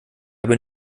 bin